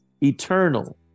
eternal